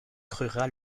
rural